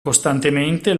costantemente